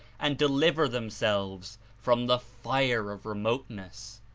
and deliver them selves from the fire of remoteness.